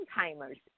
Alzheimer's